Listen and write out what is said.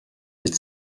with